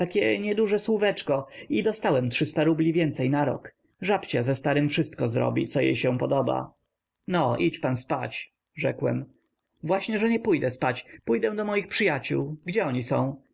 takie nieduże słóweczko i dostałem trzysta rubli więcej na rok żabcia ze starym wszystko zrobi co jej się podoba no idź pan spać rzekłem właśnie że nie pójdę spać pójdę do moich przyjaciół gdzie oni są